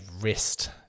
wrist